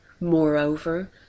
Moreover